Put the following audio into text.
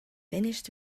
finished